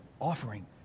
offering